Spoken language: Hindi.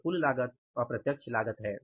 यह कुल लागत अप्रत्यक्ष लागत है